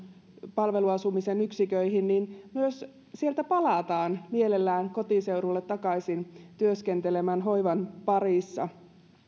palveluasumisen yksiköihin sieltä myös palataan mielellään takaisin kotiseudulle työskentelemään hoivan parissa